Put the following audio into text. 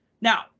Now